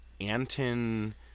Anton